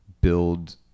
build